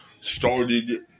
started